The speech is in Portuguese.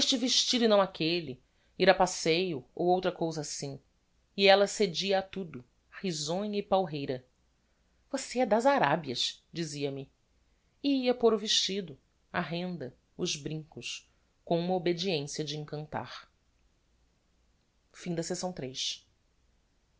vestido e não aquelle ir a passeio ou outra cousa assim e ella cedia a tudo risonha e palreira você é das arabias dizia-me e ia pôr o vestido a renda os brincos com uma obediencia de encantar